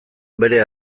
bere